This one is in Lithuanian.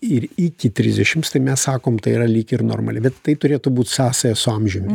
ir iki trisdešims tai mes sakom tai yra lyg ir normali bet tai turėtų būt sąsaja su amžiumi